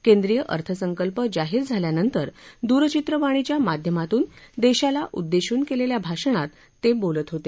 केंद्रीय अर्थसंकल्प जाहीर झाल्यानंतर दूरघित्रवाणीच्या माध्यमातून देशाला उद्देशून केलेल्या भाषणात ते काल बोलत होते